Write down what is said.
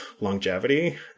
longevity